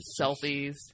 selfies